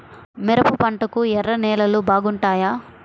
మిరప పంటకు ఎర్ర నేలలు బాగుంటాయా?